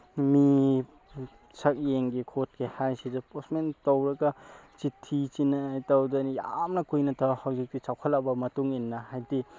ꯃꯤ ꯁꯛ ꯌꯦꯡꯒꯦ ꯈꯣꯠꯀꯦ ꯍꯥꯏꯕꯁꯤꯗ ꯄꯣꯁꯃꯦꯟ ꯇꯧꯔꯒ ꯆꯤꯊꯤ ꯆꯤꯅꯥꯏ ꯇꯧꯗꯅ ꯌꯥꯝꯅ ꯀꯨꯏꯅ ꯇꯧꯔꯒ ꯍꯧꯖꯤꯛꯇꯤ ꯆꯥꯎꯈꯠꯂꯛꯄ ꯃꯇꯨꯡ ꯏꯟꯅ ꯍꯥꯏꯕꯗꯤ